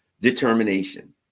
determination